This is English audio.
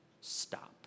stop